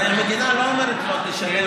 הרי המדינה לא אומרת לו: תשלם,